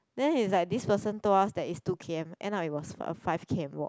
then is like this person told us that is two k_m end up it was a five k_m walk